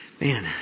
Man